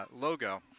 logo